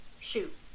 Shoot